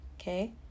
okay